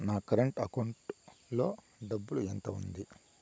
నా current account లో డబ్బులు ఎంత ఉంది?